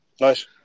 Nice